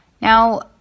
Now